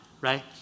right